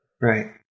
Right